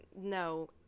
No